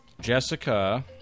Jessica